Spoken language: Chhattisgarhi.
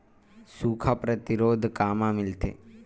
सुखा प्रतिरोध कामा मिलथे?